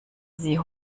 sie